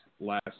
last